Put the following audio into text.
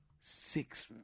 six